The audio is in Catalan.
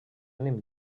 ànim